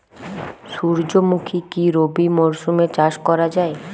সুর্যমুখী কি রবি মরশুমে চাষ করা যায়?